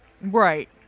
right